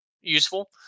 useful